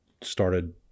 started